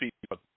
people